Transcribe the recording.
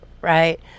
right